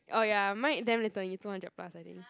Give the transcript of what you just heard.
oh ya mine damn little only two hundred plus I think